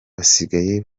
basigaye